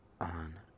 on